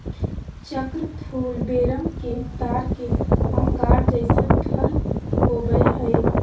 चक्र फूल वेरम के तार के आकार जइसन फल होबैय हइ